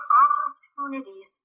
opportunities